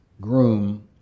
groom